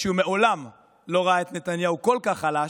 שהוא מעולם לא ראה את נתניהו כל כך חלש,